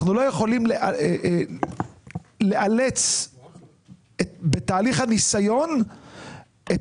אנחנו לא יכולים לאלץ בתהליך הניסיון את